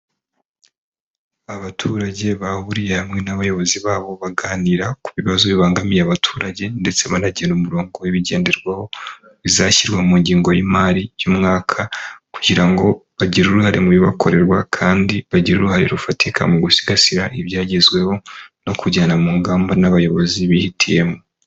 Abaturage bahuriye hamwe n'abayobozi babo, baganira ku bibazo bibangamiye abaturage ndetse banagena umurongo w'ibigenderwaho bizashyirwa mu ngengo y'imari y'umwaka, kugira ngo bagire uruhare mu bibakorerwa kandi bagire uruhare rufatika mu gusigasira ibyagezweho no kujyana mu ngamba n'abayobozi bihitiyemo.